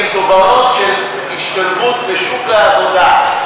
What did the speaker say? הן תובנות של השתלבות בשוק העבודה,